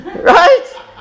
right